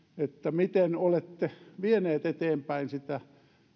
miten olette vieneet eteenpäin sitä